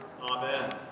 Amen